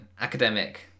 academic